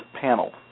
panel